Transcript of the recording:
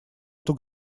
эту